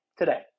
Today